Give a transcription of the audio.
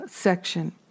section